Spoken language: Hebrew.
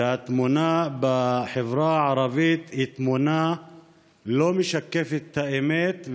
והתמונה בחברה הערבית היא תמונה שלא משקפת את האמת,